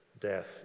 death